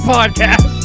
Podcast